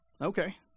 Okay